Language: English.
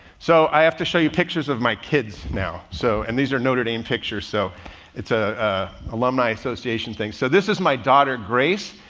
so i have to show you pictures of my kids now. so, and these are notre dame pictures. so it's a alumni association things. so this is my daughter grace.